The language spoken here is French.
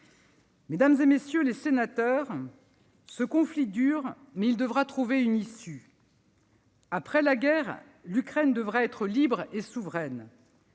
Mesdames, messieurs les sénateurs, ce conflit dure, mais il devra trouver une issue. Après la guerre, l'Ukraine devra être libre et souveraine.